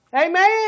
Amen